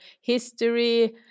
history